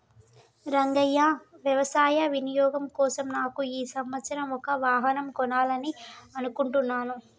రంగయ్య వ్యవసాయ వినియోగం కోసం నాకు ఈ సంవత్సరం ఒక వాహనం కొనాలని అనుకుంటున్నాను